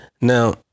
Now